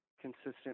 consistent